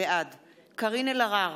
בעד קארין אלהרר,